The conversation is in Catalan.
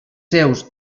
seus